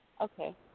okay